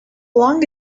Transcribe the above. long